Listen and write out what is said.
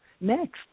next